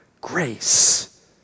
grace